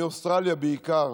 מאוסטרליה בעיקר,